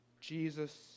Jesus